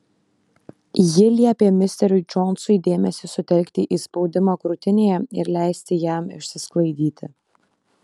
ji liepė misteriui džonsui dėmesį sutelkti į spaudimą krūtinėje ir leisti jam išsisklaidyti